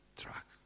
truck